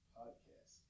podcast